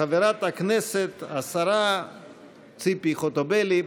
חברת הכנסת השרה ציפי חוטובלי.